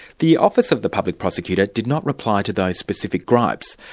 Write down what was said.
the office of the public prosecutor did not reply to those specific gripes,